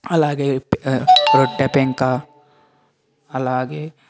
అలాగే రొట్టె పెంక అలాగే